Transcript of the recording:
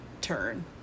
turn